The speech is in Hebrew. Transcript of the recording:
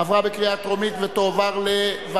לדיון מוקדם